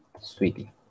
sweetie